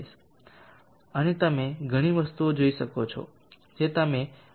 અને તમે ઘણી વસ્તુઓ જોઈ શકો છો જે તમે તેના દ્વારા પ્રાપ્ત કરી શકો છો